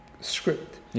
script